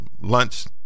lunch